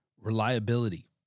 reliability